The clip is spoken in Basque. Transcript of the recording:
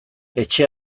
etxe